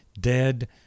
dead